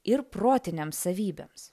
ir protinėm savybėms